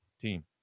team